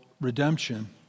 redemption